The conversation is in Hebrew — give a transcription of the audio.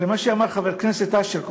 הרי מה שאמר חבר הכנסת אשר קודם,